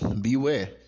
beware